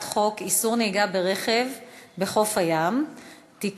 חוק איסור נהיגה ברכב בחוף הים (תיקון,